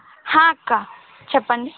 అక్క చెప్పండి